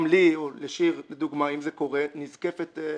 גם לי, אם זה קורה, נזקפת הכנסה.